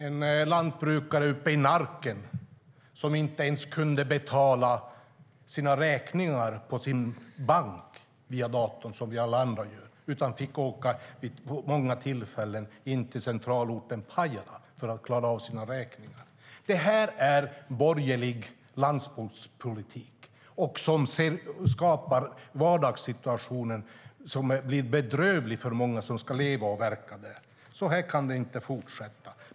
En lantbrukare uppe i Narken kunde inte ens betala sina räkningar på sin bank via datorn, som alla vi andra gör, utan fick vid många tillfällen åka in till centralorten Pajala för att klara av sina räkningar. Det här är borgerlig landsbygdspolitik. Den skapar vardagssituationer som blir bedrövliga för många som ska leva och verka på landsbygden. Så här kan det inte fortsätta.